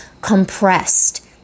compressed